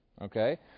Okay